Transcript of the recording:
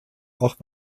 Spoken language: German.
auch